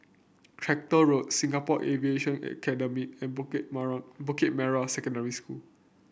Tractor Road Singapore Aviation Academy and Bukit Bukit Merah Secondary School